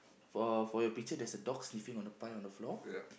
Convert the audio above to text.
for for your picture there's a dog sniffing on the pie on the floor